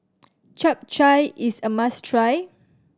Chap Chai is a must try